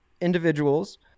individuals